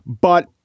But-